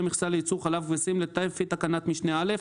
מכסה לייצור חלב כבשים לפי תקנת משנה (א),